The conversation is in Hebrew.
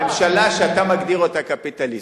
הממשלה שאתה מגדיר אותה קפיטליסטית,